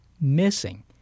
missing